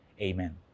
Amen